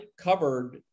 covered